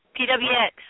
PWX